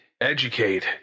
educate